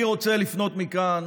אני רוצה לפנות מכאן